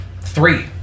three